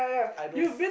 I don't